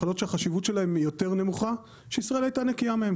מחלות שהחשיבות שלהם היא יותר נמוכה שישראל הייתה נקייה מהם,